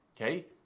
Okay